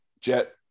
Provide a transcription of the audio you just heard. Jet